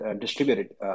distributed